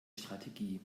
strategie